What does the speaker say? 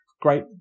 great